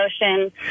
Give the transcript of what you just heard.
emotion